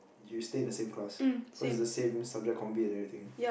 you stay the same class cause it's the same subject combi and everything